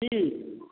की